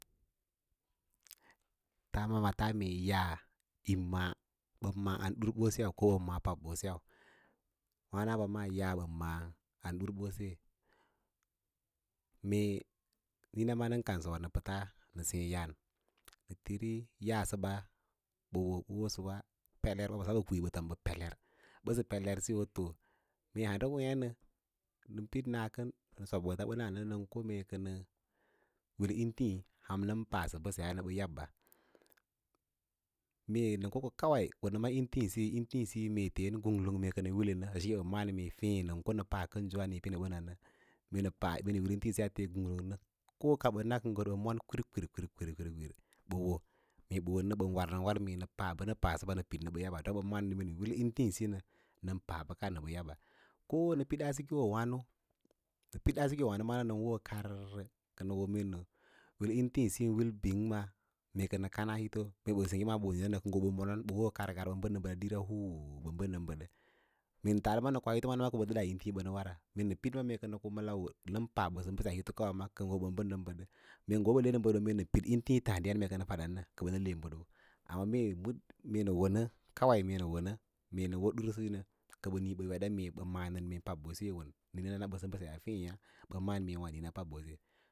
Taama ɓaa taa mue yaꞌa ɓən maꞌâ anɗir ɓoseu ko ɓən maꞌâ pab ɓoseu mara hamɓa maa yaꞌa ɓən maꞌâ anɗuubose niĩ na ma nən kansəya nə pəts nə seẽ ya’an, nə tiri yaꞌa səɓa ɓə wo, ɓə wosəwa pelar ɓosa ɓə kwii ɓə tom peler bəsə peler siyo fo mee handa weẽnə nən pid nakən nə sob ɓoofabəna nən ko mee ko nə wil in tiĩ aham nən pasə mbəseyaa nəbə yabba, mee nən koko kawaiko nə ma intiísiya, intií siyí mee teen gunglung mee kə nə wili aseɓə ma’a’n feẽ nən ko nə pa kənji ale pə nə ɓə nan na, mee nə pa intiĩsiyi a fee kung-tang ko ka ɓə na nə wər ɓən mon kwir kwir kwir kwir ɓə wo mee ɓa wo nəɓən war nən war mee nə pala ɓa nə pasə ba nə pid nə yabba, don ɓə ma’ǎn nən pa bəka nə bə yabba ko ka nə pidas sikoowâno, nə pidas sikoowǎno nən wonwo kaurə kə wo mee nə intiĩsiyin bíng maa mee kənə kana hito mee bən sengge ɓən bədnən bəd dilrawa’no huuu, mee taatə mana nə koa hitwa’na kə bə nəda intii ɓə nə wava mee nə pid nə ko ma lau unən pa ɓəsə mbə seyaskawa kə ngə hii ɓən bəd nən ɓəd ɗən mee ɓə le nə bəɗoo mee nə pid m tiĩ tǎǎdiyan mee nə fadanə kə bə nə le bədoo, amma duk meenə no nə kawai mee nə wo nə mee nə wo ɗarsiyo nə kə maꞌa’ mee pabɓose yi won niĩna nən na ɓəsə mbəseyaa feẽya bə ma’ǎ mee ndə niĩna.